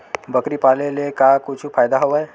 बकरी पाले ले का कुछु फ़ायदा हवय?